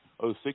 06